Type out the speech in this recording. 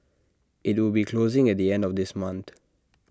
IT will be closing at the end of this month